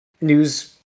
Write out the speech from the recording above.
news